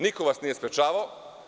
Niko vas nije sprečavao.